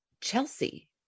Chelsea